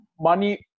money